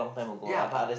ya but